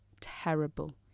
terrible